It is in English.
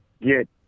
get